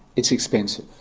it's expensive.